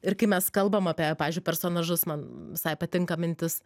ir kai mes kalbam apie pavyzdžiui personažus man visai patinka mintis